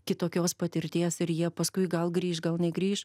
kitokios patirties ir jie paskui gal grįš gal negrįš